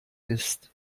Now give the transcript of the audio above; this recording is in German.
ist